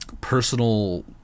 personal